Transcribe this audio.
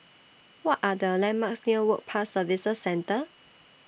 What Are The landmarks near Work Pass Services Centre